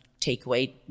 takeaway